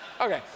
Okay